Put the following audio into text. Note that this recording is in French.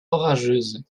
orageuse